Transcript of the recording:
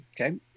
okay